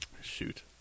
shoot